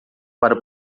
para